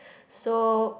so